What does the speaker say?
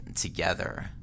together